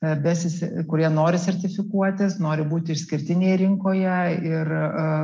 e besis kurie nori sertifikuotis nori būti išskirtiniai rinkoje ir